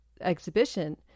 exhibition